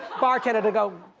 bartender to go,